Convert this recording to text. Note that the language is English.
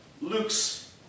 Luke's